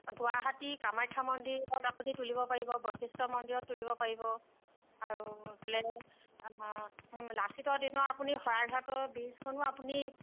গুৱাহাটী কামাখ্যা মন্দিৰত আপুনি তুলিব পাৰিব বৈশিষ্ট্য মন্দিৰত তুলিব পাৰিব আৰু এইফালে লাচিতৰ দিনৰ আপুনি শৰাইঘাটৰ ব্ৰীজখনো আপুনি